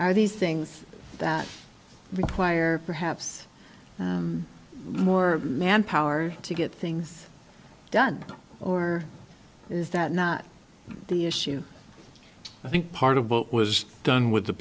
are these things that require perhaps more manpower to get things done or is that not the issue i think part of what was done with the